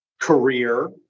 career